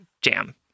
jam